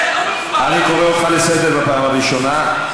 חבר הכנסת עבדאללה אבו מערוף.